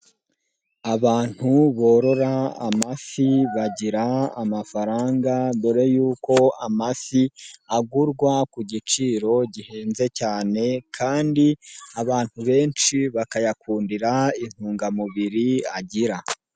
Abantu borora amafi bagira amafaranga mbere yuko amafi agurwa ku giciro gihenze cyane kandi abantu benshi bakayakundira intungamubiri agira.